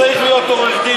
לא צריך להיות עורך-דין,